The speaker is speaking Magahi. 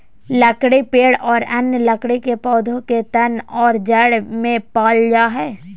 लकड़ी पेड़ और अन्य लकड़ी के पौधा के तन और जड़ में पाल जा हइ